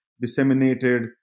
disseminated